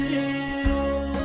yea